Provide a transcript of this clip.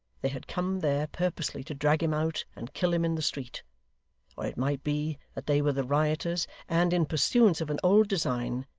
they had come there purposely to drag him out and kill him in the street or it might be that they were the rioters, and, in pursuance of an old design,